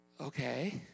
okay